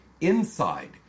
INSIDE